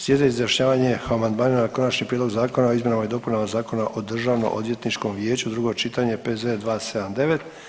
Slijedi izjašnjavanje o amandmanima na Konačni prijedlog zakona o izmjena i dopuna Zakona o Državnoodvjetničkom vijeću, drugo čitanje, P.Z. 279.